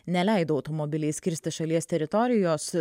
neleido automobiliais kirsti šalies teritorijos